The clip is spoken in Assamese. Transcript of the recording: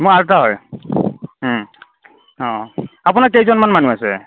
মোৰ আলট্ৰা হয় ওম অ আপোনাৰ কেইজনমান মানুহ আছে